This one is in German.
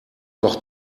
doch